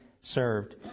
served